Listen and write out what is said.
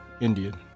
Indian